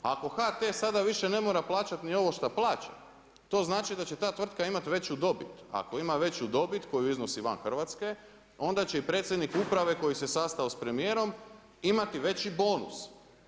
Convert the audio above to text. Ako HT sada više ne mora plaćati ni ovo šta plaća, to znači da će ta tvrtka imati veću dobit, a ako ima veću dobit koju iznosi van Hrvatske onda će i predsjednik uprave koji se sastao sa premijerom imati veći bonus.